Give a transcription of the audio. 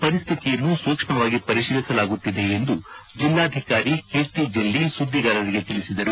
ಪರಿಸ್ವಿತಿಯನ್ನು ಸೂಕ್ಷ್ಮವಾಗಿ ಪರಿಶೀಲಿಸಲಾಗುತ್ತಿದೆ ಎಂದು ಜಿಲ್ಲಾಧಿಕಾರಿ ಕೀರ್ತಿ ಜಲ್ಲಿ ಸುದ್ದಿಗಾರರಿಗೆ ತಿಳಿಸಿದ್ದಾರೆ